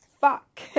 fuck